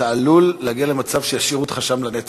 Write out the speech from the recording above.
ואתה עלול להגיע למצב שישאירו אותך שם לנצח.